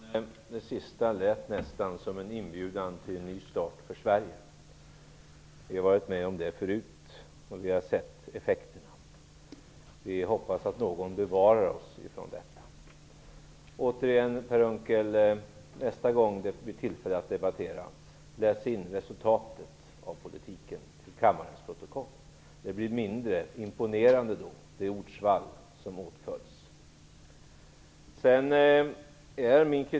Fru talman! Det sista lät nästan som en inbjudan till en ny start för Sverige. Vi har varit med om det förut, och vi har sett effekterna. Vi hoppas att någon bevarar oss från detta. Återigen vill jag säga till Per Unckel att han nästa gång som det blir tillfälle att debattera läser in resultatet av politiken till kammarens protokoll. Det ordsvall som åtföljs blir mindre imponerande då.